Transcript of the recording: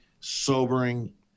sobering